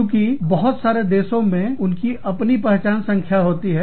चूँकि बहुत सारे देशों में उनकी अपने पहचान संख्या होती है